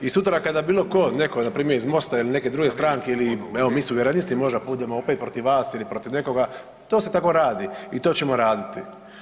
I sutra kada bilo tko, netko npr. iz MOST-a ili neke druge stranke ili evo mi suverenisti možda budemo opet protiv vas ili protiv nekoga to se tako radi i to ćemo raditi.